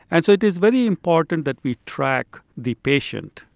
and so it is very important that we track the patient,